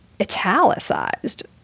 italicized